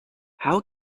how